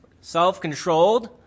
self-controlled